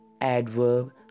adverb